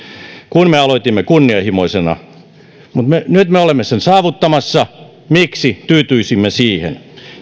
kun me aloitimme kunnianhimoisena mutta nyt me olemme sen saavuttamassa miksi tyytyisimme siihen